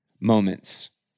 moments